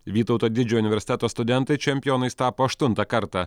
vytauto didžiojo universiteto studentai čempionais tapo aštuntą kartą